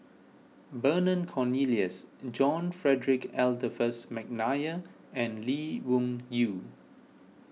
Vernon Cornelius John Frederick Adolphus McNair and Lee Wung Yew